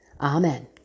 Amen